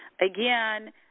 Again